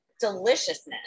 deliciousness